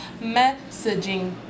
messaging